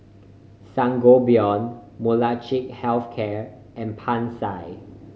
Sangobion Molnylcke Health Care and Pansy